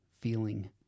feeling